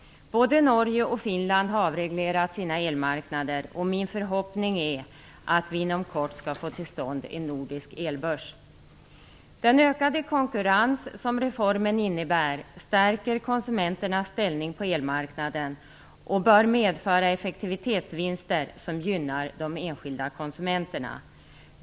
Både Norge och Finland har avreglerat sina elmarknader, och min förhoppning är att vi inom kort skall få till stånd en nordisk elbörs. Den ökade konkurrens som reformen innebär stärker konsumenternas ställning på elmarknaden och bör medföra effektivitetsvinster som gynnar de enskilda konsumenterna.